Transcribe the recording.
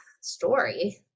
story